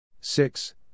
six